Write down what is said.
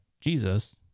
Jesus